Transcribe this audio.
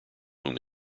whom